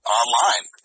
online